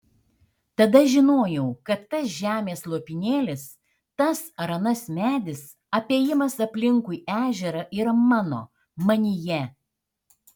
tada žinojau kad tas žemės lopinėlis tas ar anas medis apėjimas aplinkui ežerą yra mano manyje